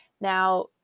now